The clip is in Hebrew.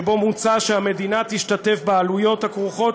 שבה מוצע שהמדינה תשתתף בעלויות הכרוכות